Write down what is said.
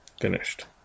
Finished